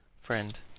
friend